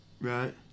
Right